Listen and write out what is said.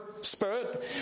spirit